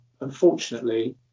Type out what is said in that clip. unfortunately